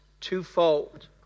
twofold